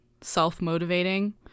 self-motivating